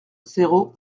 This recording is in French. zéro